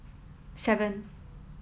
seven